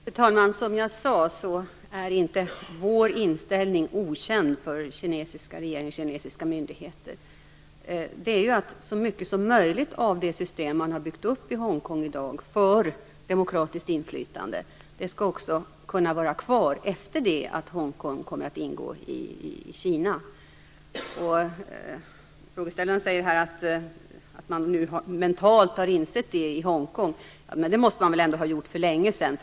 Fru talman! Som jag sade är vår inställning inte okänd för den kinesiska regeringen och de kinesiska myndigheterna. Vår inställning är att så mycket som möjligt av det system för demokratiskt inflytande som man har byggt upp i Hongkong skall kunna vara kvar efter det att Hongkong har kommit att ingå i Kina. Frågeställaren säger att man nu i Hongkong mentalt har insett detta, men det måste man väl ändå ha gjort för länge sedan.